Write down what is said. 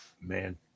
Man